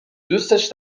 دوستش